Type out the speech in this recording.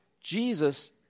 Jesus